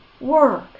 work